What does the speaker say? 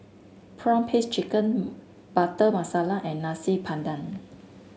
prawn paste chicken Butter Masala and Nasi Padang